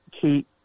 keep